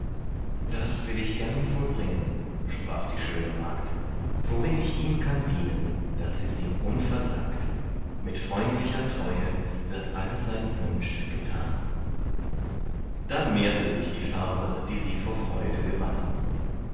das will ich gern vollbringen sprach die schöne magd worin ich ihm kann dienen das ist ihm unversagt mit freundlicher treue wird all sein wunsch getan da mehrte sich die farbe die sie vor freude gewann